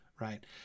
Right